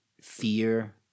fear